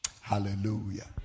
hallelujah